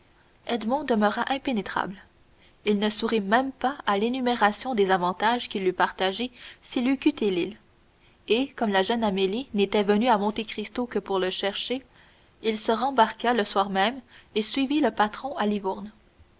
demeura impénétrable il ne sourit même pas à l'énumération des avantages qu'il eût partagés s'il eût quitté l'île et comme la jeune amélie n'était venue à monte cristo que pour le chercher il se rembarqua le soir même et suivit le patron à